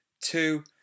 two